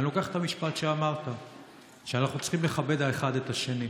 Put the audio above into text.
ואני לוקח את המשפט שאמרת שאנחנו צריכים לכבד האחד את השני.